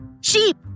Sheep